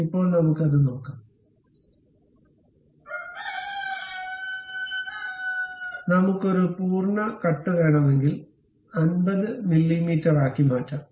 ഇപ്പോൾ നമുക്ക് അത് നോക്കാം നമ്മുക്ക് ഒരു പൂർണ്ണ കട്ട് വേണമെങ്കിൽ 50 മില്ലീമീറ്ററാക്കി മാറ്റാം